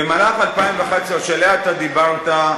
במהלך 2011, שעליה אתה דיברת,